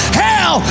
hell